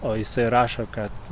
o jisai rašo kad